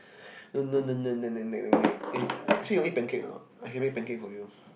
nag nag nag nag nag nag eh actually only pancake or not I can make pancake for you